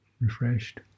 refreshed